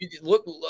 Look